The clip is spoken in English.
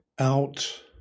out